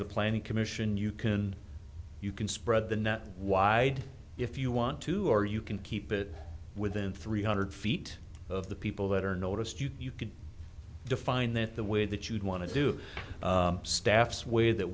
the planning commission you can you can spread the net wide if you want to or you can keep it within three hundred feet of the people that are noticed you could define that the way that you'd want to do staffs way that